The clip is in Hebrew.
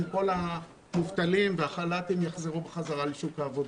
אם כל המובטלים והחל"תים יחזרו בחזרה לשוק העבודה.